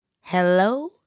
hello